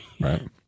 right